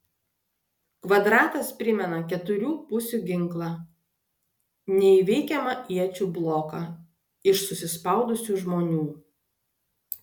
kvadratas primena keturių pusių ginklą neįveikiamą iečių bloką iš susispaudusių žmonių